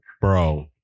bro